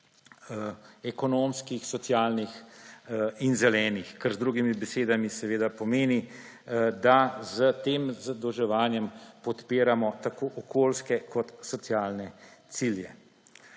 ekonomskih, socialnih in zelenih, kar z drugimi besedami pomeni, da s tem zadolževanjem podpiramo tako okoljske kot socialne cilje.